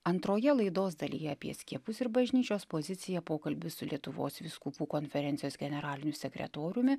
antroje laidos dalyje apie skiepus ir bažnyčios poziciją pokalbis su lietuvos vyskupų konferencijos generaliniu sekretoriumi